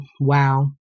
wow